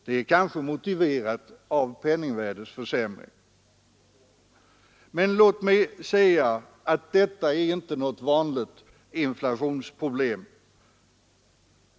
Det är kanske motiverat av penningvärdeförsämringen, men låt mig säga att detta inte är något vanligt inflations problem.